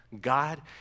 God